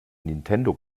nintendo